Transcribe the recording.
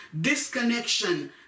disconnection